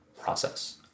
process